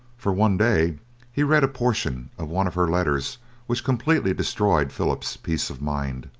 for one day he read a portion of one of her letters which completely destroyed philip's peace of mind.